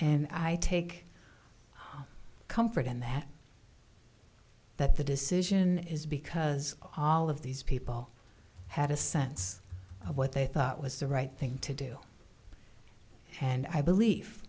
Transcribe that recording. and i take comfort in that that the decision is because all of these people had a sense of what they thought was the right thing to do and i believe